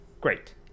great